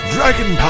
Dragon